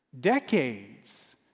decades